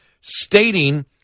stating